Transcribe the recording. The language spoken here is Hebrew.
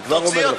אני כבר אומר לכם.